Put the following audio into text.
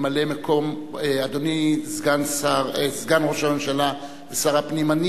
אדוני סגן ראש הממשלה ושר הפנים,